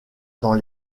dans